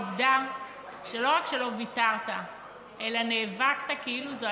העובדה שלא רק שלא ויתרת אלא נאבקת כאילו זו